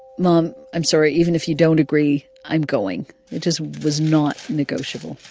mom, i'm sorry. even if you don't agree, i'm going. it just was not negotiable